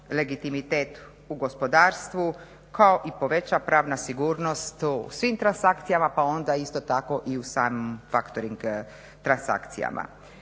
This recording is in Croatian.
legitimitet u gospodarstvu, kao i poveća pravna sigurnost u svim transakcijama pa onda isto tako i u samim factoring transakcijama.